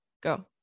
Go